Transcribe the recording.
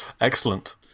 Excellent